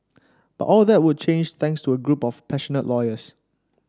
but all that would change thanks to a group of passionate lawyers